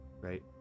right